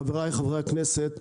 חבריי חברי הכנסת,